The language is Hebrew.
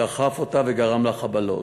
דחף אותה וגרם לה חבלות.